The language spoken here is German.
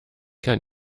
kann